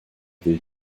will